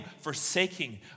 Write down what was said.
forsaking